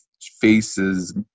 faces